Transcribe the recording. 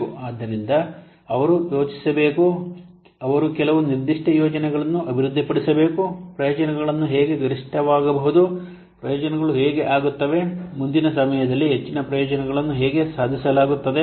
ಆದ್ದರಿಂದ ಅವರು ಯೋಜಿಸಬೇಕು ಅವರು ಕೆಲವು ನಿರ್ದಿಷ್ಟ ಯೋಜನೆಗಳನ್ನು ಅಭಿವೃದ್ಧಿಪಡಿಸಬೇಕು ಪ್ರಯೋಜನಗಳನ್ನು ಹೇಗೆ ಗರಿಷ್ಠವಾಗಬಹುದು ಪ್ರಯೋಜನಗಳು ಹೇಗೆ ಆಗುತ್ತವೆ ಮುಂದಿನ ಸಮಯದಲ್ಲಿ ಹೆಚ್ಚಿನ ಪ್ರಯೋಜನಗಳನ್ನು ಹೇಗೆ ಸಾಧಿಸಲಾಗುತ್ತದೆ